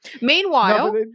Meanwhile